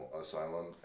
asylum